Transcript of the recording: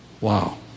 Wow